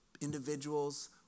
individuals